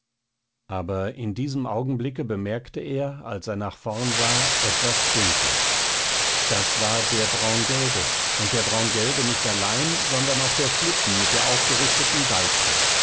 aber in diesem augenblicke bemerkte er als er nach vorn sah etwas dunkles das war der braungelbe und der braungelbe nicht allein sondern auch der schlitten mit der aufgerichteten deichsel